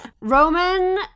Roman